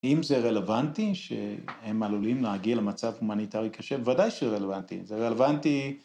אם זה רלוונטי שהם עלולים להגיע למצב הומניטרי קשה? בוודאי שזה רלוונטי, זה רלוונטי...